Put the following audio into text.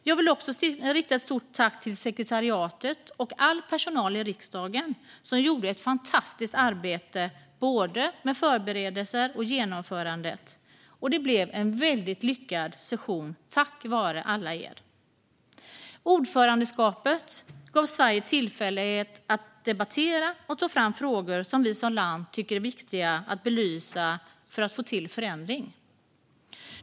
Jag vill också rikta ett stort tack till sekretariatet och all personal i riksdagen som gjorde ett fantastiskt arbete både med förberedelser och genomförande. Det blev en väldigt lyckad session, tack vare alla er! Ordförandeskapet gav Sverige tillfälle att debattera och ta fram frågor som vi som land tycker är viktiga att belysa för att få till förändring.